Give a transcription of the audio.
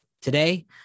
Today